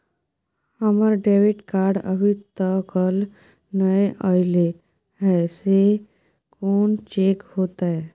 हमर debit card अभी तकल नय अयले हैं, से कोन चेक होतै?